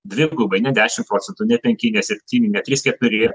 dvigubai ne dešimt procentų ne penki ne septyni ne trys kiek turėjo